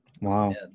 Wow